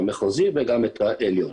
המחוזי וגם העליון.